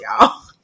y'all